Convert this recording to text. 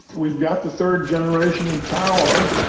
we've got the third generation in power.